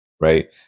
right